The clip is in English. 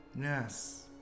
Yes